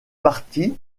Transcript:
partie